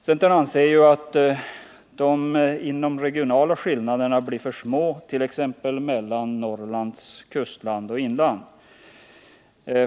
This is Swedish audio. Centern anser att de inomregionala skillnaderna blir för små t.ex. mellan Norrlands kustland och inland.